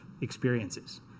experiences